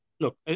Look